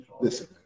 listen